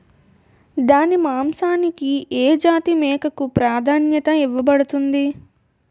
దాని మాంసానికి ఏ జాతి మేకకు ప్రాధాన్యత ఇవ్వబడుతుంది?